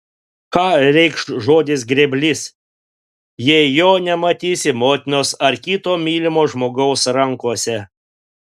ką reikš žodis grėblys jei jo nematysi motinos ar kito mylimo žmogaus rankose